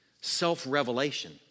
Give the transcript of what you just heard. self-revelation